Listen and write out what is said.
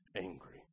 angry